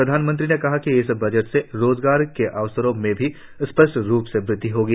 श्री मोदी ने कहा कि इस बजट से रोजगार के अवसरों में भी स्पष्ट रूप से वृद्धि होगी